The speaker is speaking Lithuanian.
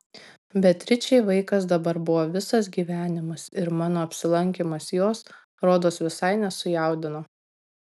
beatričei vaikas dabar buvo visas gyvenimas ir mano apsilankymas jos rodos visai nesujaudino